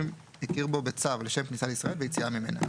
הכיר בו בצו לשם כניסה לישראל ויציאה ממנה."